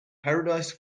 paradise